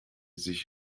sich